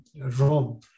Rome